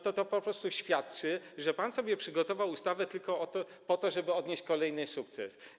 To po prostu świadczy o tym, że pan sobie przygotował ustawę tylko po to, żeby odnieść kolejny sukces.